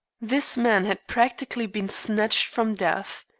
this man had practically been snatched from death.